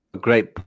Great